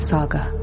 Saga